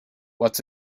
what’s